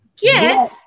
Get